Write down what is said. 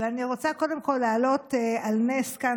אבל אני רוצה קודם כול להעלות על נס כאן